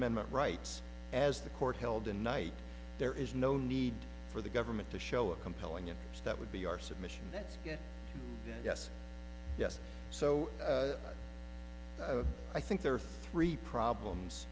amendment rights as the court held tonight there is no need for the government to show a compelling and that would be our submission that yes yes so i think there are three problems